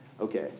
Okay